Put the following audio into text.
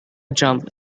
jump